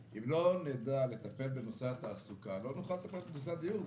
אם לא נדע לטפל בנושא התעסוקה לא נוכל לטפל בנושא הדיור.